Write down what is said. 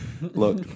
Look